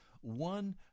one